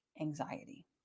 anxiety